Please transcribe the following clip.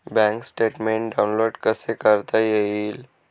Bank statement download कसे करता येईल?